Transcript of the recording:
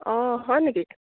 অঁ হয় নেকি